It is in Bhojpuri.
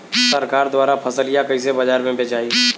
सरकार द्वारा फसलिया कईसे बाजार में बेचाई?